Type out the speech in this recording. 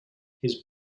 his